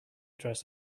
dress